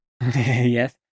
Yes